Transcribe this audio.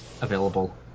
available